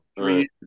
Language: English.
three